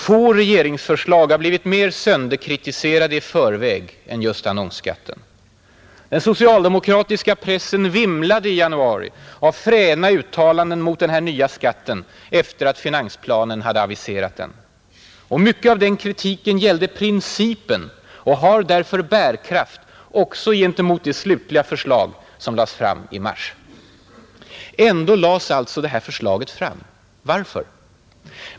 Få regeringsförslag har blivit mer sönderkritiserade i förväg än just annonsskatten. Den socialdemokratiska pressen vimlade i januari av fräna uttalanden mot den här nya skatten efter att finansplanen hade aviserat den. Mycket av den kritiken gällde principen och har därför bärkraft också gentemot det slutliga förslaget som lades fram i mars. Ändå lades alltså förslaget fram. Varför?